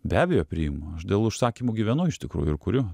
be abejo priimu aš dėl užsakymų gyvenu iš tikrųjų ir kuriu